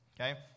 Okay